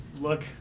look